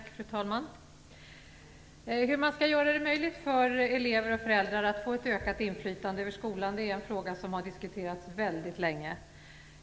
Fru talman! Hur man skall göra det möjligt för elever och föräldrar att få ett ökat inflytande över skolan är en fråga som har diskuterats väldigt länge.